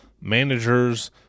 managers